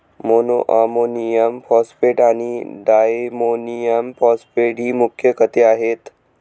monoammonium phosphate आणि diammonium phosphate ही मुख्य खते आहेत